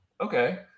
okay